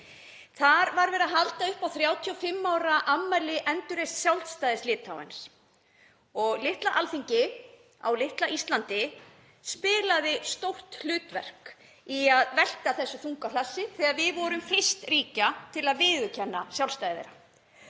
Þar var verið að halda upp á 35 ára afmæli endurreists sjálfstæðis Litáens og litla Alþingi á litla Íslandi spilaði stórt hlutverk í að velta þessu þunga hlassi þegar við vorum fyrst ríkja til að viðurkenna sjálfstæði þeirra.